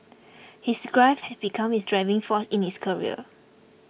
his grief had become his driving force in his career